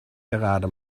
gerade